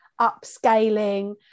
upscaling